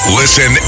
listen